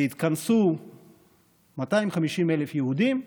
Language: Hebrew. והתכנסו 250,000 יהודים לומר: